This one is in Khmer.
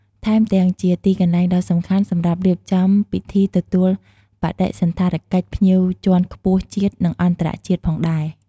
ថែមទាំងជាទីកន្លែងដ៏សំខាន់សម្រាប់រៀបចំ ពិធីទទួលបដិសណ្ឋារកិច្ចភ្ញៀវជាន់ខ្ពស់ជាតិ និងអន្តរជាតិផងដែរ។